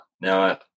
now